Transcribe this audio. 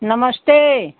नमस्ते